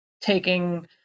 taking